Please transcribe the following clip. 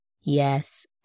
Yes